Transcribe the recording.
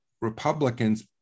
Republicans